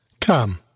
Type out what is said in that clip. Come